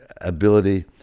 ability